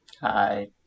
Hi